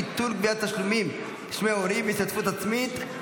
ביטול גביית תשלומי הורים והשתתפות עצמית),